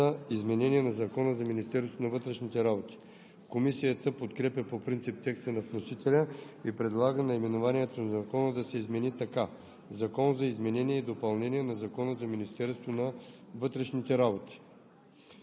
31 юли 2020 г.“ „Закон за изменение на Закона за Министерството на вътрешните работи“. Комисията подкрепя по принцип текста на вносителя и предлага наименованието на Закона да се измени така: